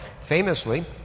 famously